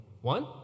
One